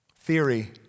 theory